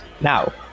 Now